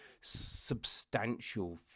substantial